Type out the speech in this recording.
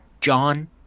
John